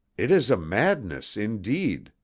it is a madness indeed,